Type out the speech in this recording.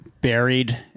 buried